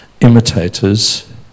imitators